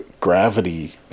Gravity